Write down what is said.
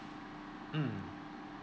mm